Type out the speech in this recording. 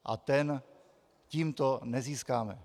A ten tímto nezískáme.